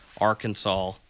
Arkansas